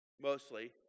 mostly